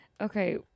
okay